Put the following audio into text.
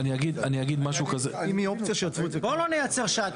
אני אגיד פה משהו כזה --- בואו לא נייצר שעטנז,